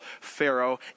Pharaoh